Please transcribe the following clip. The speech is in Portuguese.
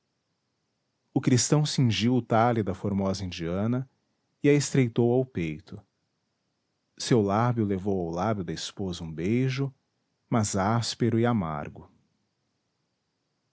o cristão cingiu o talhe da formosa indiana e a estreitou ao peito seu lábio levou ao lábio da esposa um beijo mas áspero e amargo